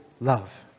love